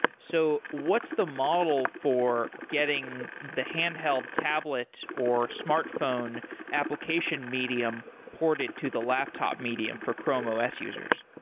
so what's the model for getting the handheld tablet or smartphone application medium ported to the laptop medium for chrome os users?